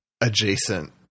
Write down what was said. adjacent